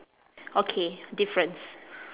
okay difference